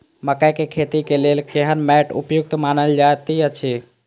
मकैय के खेती के लेल केहन मैट उपयुक्त मानल जाति अछि?